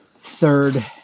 Third